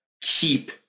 keep